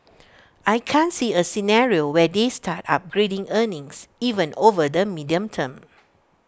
I can't see A scenario where they start upgrading earnings even over the medium term